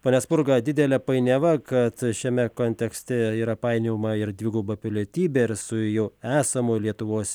pone spurga didelė painiava kad šiame kontekste yra painiojama ir dviguba pilietybė ir su jau esamu lietuvos